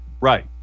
right